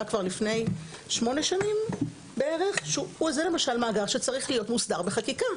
כבר לפני 8 שנים בערך שזה מאגר שצריך להיות מוסדר בחקיקה.